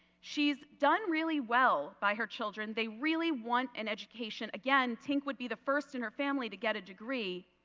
she has done really well by her children. they really want an education. again tink would be the first in her family to get a degree.